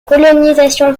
colonisation